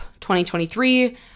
2023